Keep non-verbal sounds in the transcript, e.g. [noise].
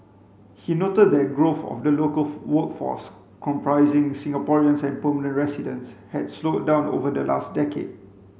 he noted that growth of the local [unintelligible] workforce comprising Singaporeans and permanent residents had slowed down over the last decade